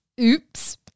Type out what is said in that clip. Oops